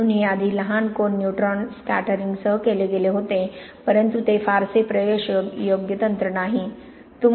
म्हणून हे आधी लहान कोन न्यूट्रॉन स्कॅटरिंगसह केले गेले होते परंतु ते फारसे प्रवेशयोग्य तंत्र नाही